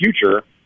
future